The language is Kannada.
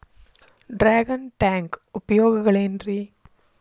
ಡ್ರ್ಯಾಗನ್ ಟ್ಯಾಂಕ್ ಉಪಯೋಗಗಳೆನ್ರಿ?